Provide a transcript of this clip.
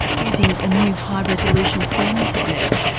using a new high resolution scanning technique.